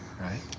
right